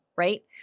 Right